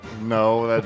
no